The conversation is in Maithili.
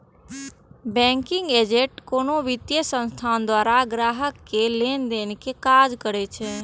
बैंकिंग एजेंट कोनो वित्तीय संस्थान द्वारा ग्राहक केर लेनदेन के काज करै छै